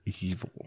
evil